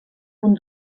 punt